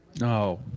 No